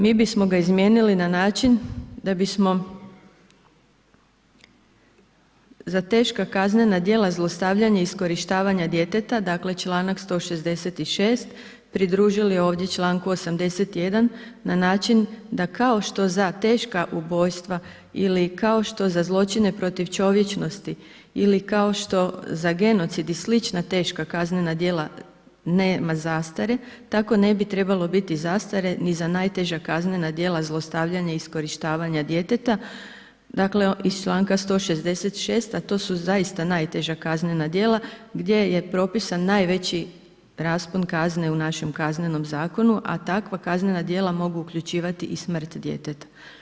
Mi bismo ga izmijenili na način da bismo za teška kaznena djela zlostavljanja i iskorištavanja djeteta dakle članak 166. pridružili ovdje članku 81. na način da kao što za teška ubojstva ili kao što sa zločine protiv čovječnosti ili kao što za genocid i sl. teška kaznena djela nema zastare, tako ne bi trebalo biti zastare ni za najteža kaznena djela zlostavljanja i iskorištavanja djeteta, dakle iz članka 166. a to su zaista najteža kaznena djela gdje je propisan najveći raspon kazne u našem KZ-u, a takva kaznena djela mogu uključivati i smrt djeteta.